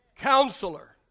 Counselor